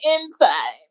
inside